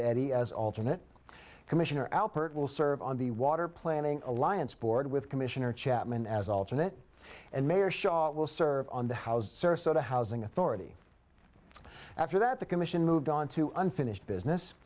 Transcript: eddie as alternate commissioner alpert will serve on the water planning alliance board with commissioner chapman as alternate and mayor shot will serve on the house sarasota housing authority after that the commission moved on to unfinished business